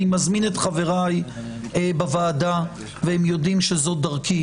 אני מזמין את חבריי בוועדה והם יודעים שזו דרכי,